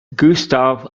gustav